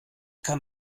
kann